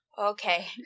Okay